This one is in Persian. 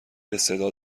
بصدا